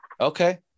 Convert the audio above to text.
okay